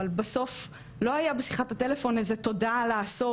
אבל בסוף לא היה בשיחת הטלפון איזה תודה על העשור